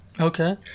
okay